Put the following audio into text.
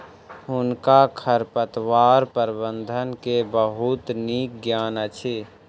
हुनका खरपतवार प्रबंधन के बहुत नीक ज्ञान अछि